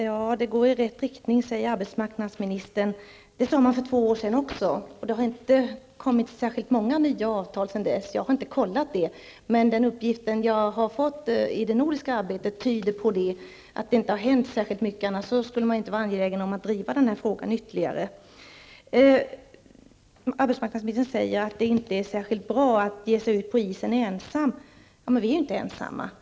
Fru talman! Arbetsmarknadsministern säger att det går i rätt riktning. Det sade man också för två år sedan. Sedan dess har det inte kommit särskilt många nya avtal. Jag har inte gjort någon kontroll, men den uppgift som jag har fått i det nordiska arbetet tyder på att det inte har hänt särskilt mycket. Annars skulle man inte vara angelägen om att driva frågan ytterligare. Arbetsmarknadsministern sade att det inte är särskilt bra att ge sig ut på isen ensam. Men vi är inte ensamma.